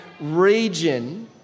region